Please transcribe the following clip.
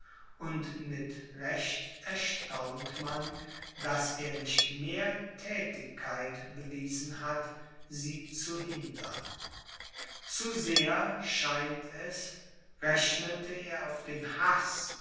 und mit recht erstaunt man daß er nicht mehr thätigkeit bewiesen hat sie zu hindern zu sehr scheint es rechnete er auf den haß